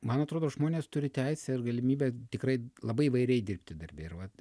man atrodo žmonės turi teisę ir galimybę tikrai labai įvairiai dirbti darbe ir vat